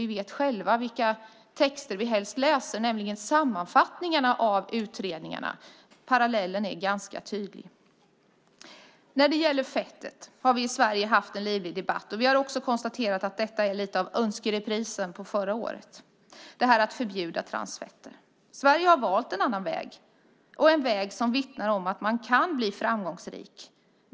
Vi vet själva vilka texter vi helst läser, nämligen sammanfattningarna av utredningarna. Parallellen är ganska tydlig. När det gäller fettet har vi i Sverige haft en livlig debatt. Vi har konstaterat att detta att förbjuda transfetter är något av önskereprisen på förra årets debatt. Sverige har valt en annan väg, en väg som vittnar om att man kan bli framgångsrik.